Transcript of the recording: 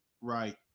Right